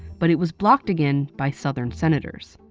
but it was blocked again by southern senators.